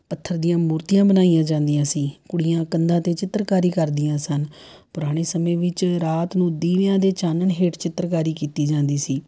ਪੱਥਰ ਦੀਆਂ ਮੂਰਤੀਆਂ ਬਣਾਈਆਂ ਜਾਂਦੀਆਂ ਸੀ ਕੁੜੀਆਂ ਕੰਧਾਂ 'ਤੇ ਚਿੱਤਰਕਾਰੀ ਕਰਦੀਆਂ ਸਨ ਪੁਰਾਣੇ ਸਮੇਂ ਵਿੱਚ ਰਾਤ ਨੂੰ ਦੀਵਿਆਂ ਦੇ ਚਾਨਣ ਹੇਠ ਚਿੱਤਰਕਾਰੀ ਕੀਤੀ ਜਾਂਦੀ ਸੀ